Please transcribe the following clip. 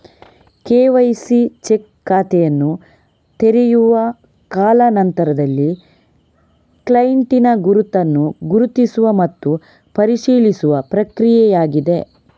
KYC check ಖಾತೆಯನ್ನು ತೆರೆಯುವ ಕಾಲಾ ನಂತರದಲ್ಲಿ ಕ್ಲೈಂಟಿನ ಗುರುತನ್ನು ಗುರುತಿಸುವ ಮತ್ತು ಪರಿಶೀಲಿಸುವ ಪ್ರಕ್ರಿಯೆಯಾಗಿದೆ